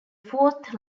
fourth